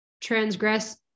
transgress